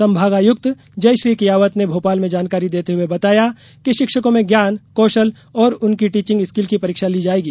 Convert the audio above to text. संभागायुक्त जयश्री कियावत ने भोपाल में जानकारी देते हुए बताया कि शिक्षकों में ज्ञान कौशल और उनकी टीचिंग स्कील की परीक्षा ली जाएगी